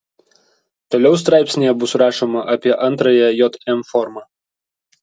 toliau straipsnyje bus rašoma apie antrąją jm formą